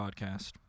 Podcast